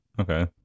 okay